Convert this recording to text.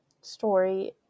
story